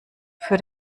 für